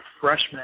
freshman